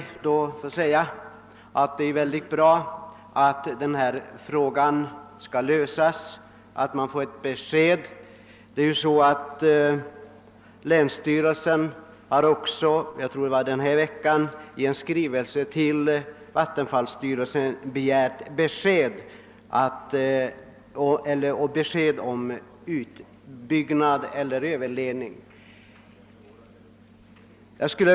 Länsstyrelsen i mitt hemlän har också under denna vecka i en skrivelse till vattenfallsstyrelsen begärt besked i frågan om utbyggnad eller överledning.